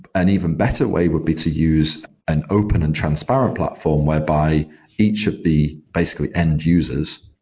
an even better way would be to use an open and transparent platform, whereby each of the, basically, end users,